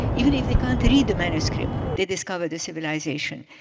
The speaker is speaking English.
even if they can't read the manuscript, they discover the civilization.